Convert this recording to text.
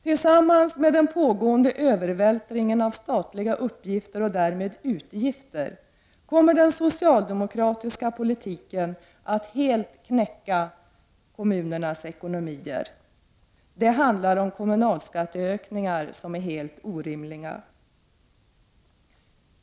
Tillsammans med den pågående övervältringen av statliga uppgifter och därmed utgifter kommer den socialdemokratiska politiken att helt knäcka kommunernas ekonomier. Det handlar om kommunalskattehöjningar som är helt orimliga.